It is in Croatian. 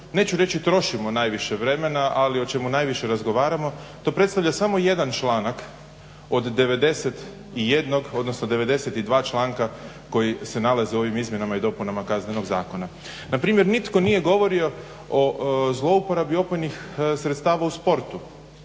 neću reći trošimo najviše vremena, ali o čemu najviše razgovaramo to predstavlja samo jedan članak od 91 odnosno 92 članka koji se nalaze u ovim izmjenama i dopunama Kaznenog zakona. Na primjer, nitko nije govorio o zlouporabi opojnih sredstava u sportu,